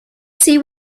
see